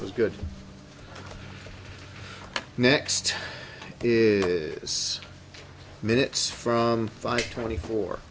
was good next six minutes from five twenty four